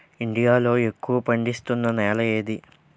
India లో ఎక్కువ పండిస్తున్నా నేల ఏది?